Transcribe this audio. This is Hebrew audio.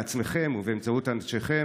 בעצמכם ובאמצעות אנשיכם,